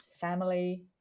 family